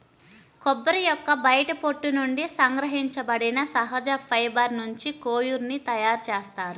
కొబ్బరి యొక్క బయటి పొట్టు నుండి సంగ్రహించబడిన సహజ ఫైబర్ నుంచి కోయిర్ ని తయారు చేస్తారు